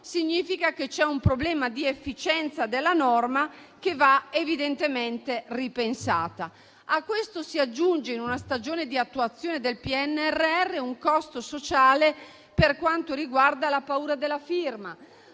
significa che c'è un problema di efficienza della norma che va evidentemente ripensata. A ciò si aggiunge, in una stagione di attuazione del PNRR, un costo sociale per quanto riguarda la paura della firma.